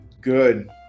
good